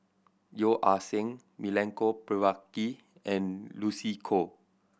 Yeo Ah Seng Milenko Prvacki and Lucy Koh